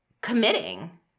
committing